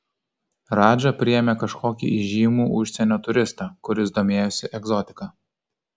radža priėmė kažkokį įžymų užsienio turistą kuris domėjosi egzotika